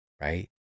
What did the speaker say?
right